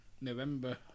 November